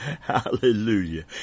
Hallelujah